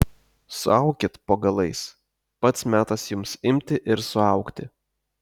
suaukit po galais pats metas jums imti ir suaugti